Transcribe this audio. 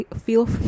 Feel